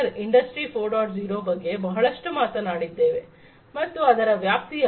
0 ಬಗ್ಗೆ ಬಹಳಷ್ಟು ಮಾತನಾಡಿದ್ದೇವೆ ಮತ್ತು ಅದರ ವ್ಯಾಪ್ತಿಯ ಬಗ್ಗೆ ಆದರೆ ಇಂಡಸ್ಟ್ರಿ4